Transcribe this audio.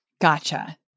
Gotcha